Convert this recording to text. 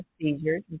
seizures